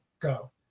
go